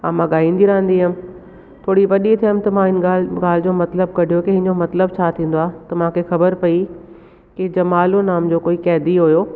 ऐं मां ॻाईंदी रहंदी हुअमि थोरी वॾी थियमि त मां हिन ॻाल्हि ॻाल्हि जो मतिलबु कढियो की हिन जो मतिलबु छा थींदो आहे त मूंखे ख़बर पई की जमालो नाम जो कोई कैदी हुओ